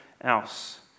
else